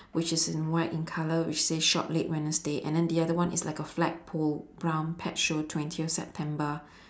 which is in white in colour which says shop late wednesday and then the other one is like a flagpole brown pet show twentieth september